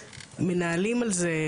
מנהלים על זה,